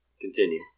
Continue